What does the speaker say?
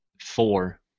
four